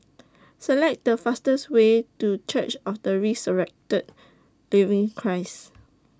Select The fastest Way to Church of The Resurrected Living Christ